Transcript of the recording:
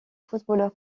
footballeur